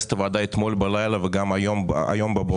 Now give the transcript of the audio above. את הוועדה אתמול בלילה וגם היום בבוקר.